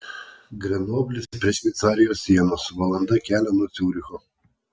grenoblis prie šveicarijos sienos valanda kelio nuo ciuricho